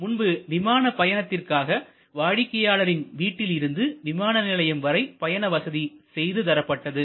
முன்பு விமான பயணத்திற்காக வாடிக்கையாளரின் வீட்டில் இருந்து விமான நிலையம் வரை பயண வசதி செய்து தரப்பட்டது